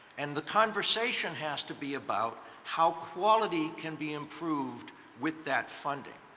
and the conversation has to be about how quality can be improved with that funding.